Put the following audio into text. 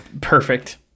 perfect